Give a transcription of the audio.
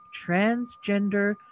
transgender